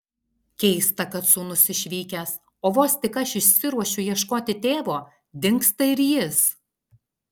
keista kad sūnus išvykęs o vos tik aš išsiruošiu ieškoti tėvo dingsta ir jis